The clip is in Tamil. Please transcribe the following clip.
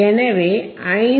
எனவே 5